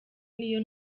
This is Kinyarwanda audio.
n’iyo